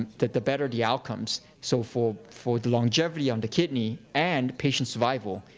ah the the better the outcomes. so for for the longevity on the kidney, and patient survival,